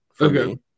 Okay